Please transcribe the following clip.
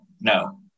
No